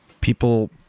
people